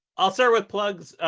i'll start with plugs.